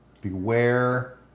Beware